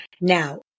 Now